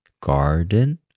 garden